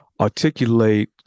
articulate